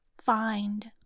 find